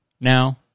now